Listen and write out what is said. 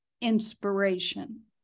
inspiration